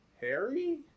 Harry